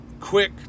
quick